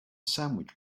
sandwich